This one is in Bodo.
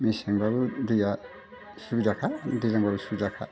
मेसेंब्लाबो दैया सुबिदाखा दैलांब्लाबो सुबिदाखा